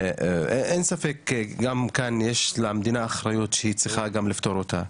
אין ספק שגם כאן יש למדינה אחריות שהיא צריכה גם כן לפתור אותה.